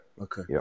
Okay